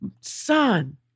son